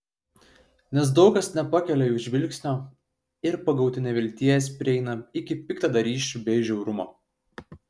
nes daug kas nepakelia jų žvilgsnio ir pagauti nevilties prieina iki piktadarysčių bei žiaurumo